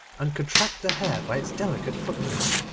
and could track the hare by its delicate footprints,